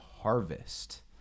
harvest